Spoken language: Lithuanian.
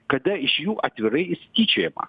kada iš jų atvirai išsityčiojama